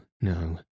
no